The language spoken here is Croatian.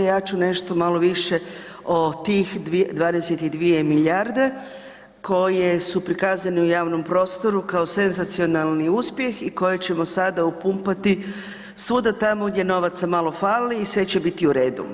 Ja ću nešto malo više o tih 22 milijarde koje su prikazane u javnom prostoru kao senzacionalni uspjeh i koje ćemo sada upumpati svuda tamo gdje novaca malo fali i sve će biti u redu.